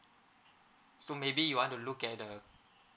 so maybe you want to look at the